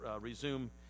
resume